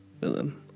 villain